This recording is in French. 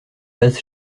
base